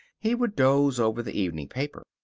he would doze over the evening paper.